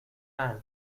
ann